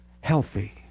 healthy